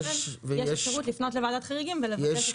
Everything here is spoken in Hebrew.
ולכן יש אפשרות לפנות לוועדת חריגים ולבקש את הפטור הזה.